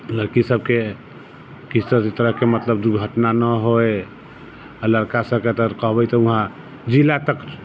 लड़कीसबके किसी तरहके मतलब दुर्घटना नहि होइ आओर लड़कासबके कहबै तऽ वहाँ जिला तक